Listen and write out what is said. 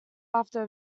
after